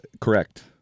Correct